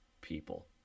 people